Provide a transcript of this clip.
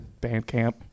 Bandcamp